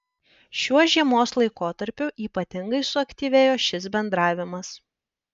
šiuo žiemos laikotarpiu ypatingai suaktyvėjo šis bendravimas